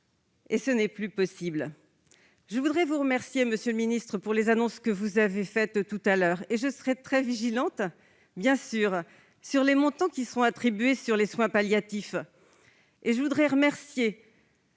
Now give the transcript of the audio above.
Ce n'est plus possible. Je vous remercie, monsieur le ministre, pour les annonces que vous avez faites tout à l'heure et je serai très vigilante sur les montants qui seront attribués aux soins palliatifs. Je remercie